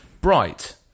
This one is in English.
Bright